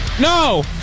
No